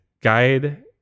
guide